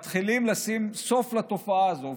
מתחילים לשים סוף לתופעה הזו.